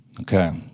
Okay